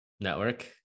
network